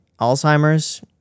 Alzheimer's